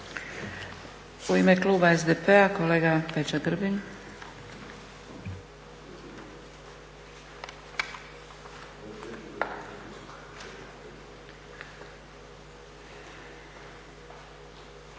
U ime kluba SDP-a, kolega Peđa Grbin.